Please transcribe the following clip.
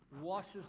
washes